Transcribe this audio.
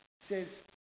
says